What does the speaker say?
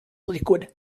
liquid